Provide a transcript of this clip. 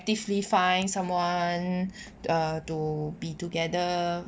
deeply find someone to be together